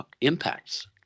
impacts